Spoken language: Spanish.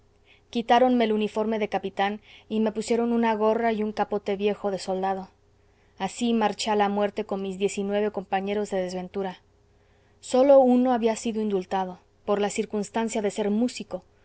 quitáronme el uniforme de capitán y me pusieron una gorra y un capote viejo de soldado así marché a la muerte con mis diez y nueve compañeros de desventura sólo uno había sido indultado por la circunstancia de ser músico